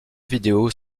vidéos